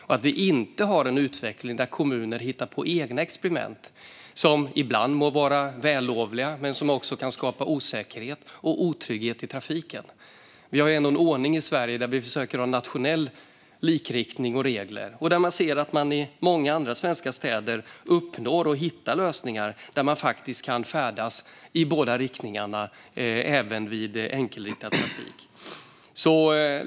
Vi kan inte ha en utveckling där kommuner hittar på egna experiment som ibland må vara vällovliga men som också kan skapa osäkerhet och otrygghet i trafiken. Vi har ändå en ordning i Sverige där vi försöker att ha en nationell likriktning och regler. Vi ser också att man i många andra svenska städer uppnår och hittar lösningar där man kan färdas i båda riktningarna även vid enkelriktad trafik.